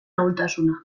ahultasuna